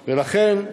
לכן,